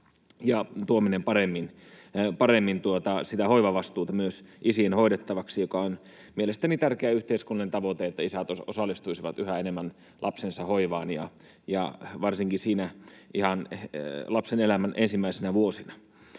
tuominen paremmin myös isien hoidettavaksi. Mielestäni on tärkeä yhteiskunnallinen tavoite, että isät osallistuisivat yhä enemmän lapsensa hoivaan ja varsinkin siinä ihan lapsen elämän ensimmäisinä vuosina.